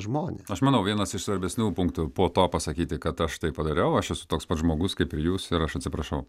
žmonės aš manau vienas iš svarbesnių punktų po to pasakyti kad aš tai padariau aš esu toks pats žmogus kaip ir jūs ir aš atsiprašau